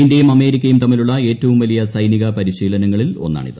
ഇന്ത്യയും അമേരിക്കയും തമ്മിലുള്ള ഏറ്റവും വലിയ സൈനിക പരിശീലനങ്ങളിൽ ഒന്നാണിത്